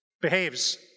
behaves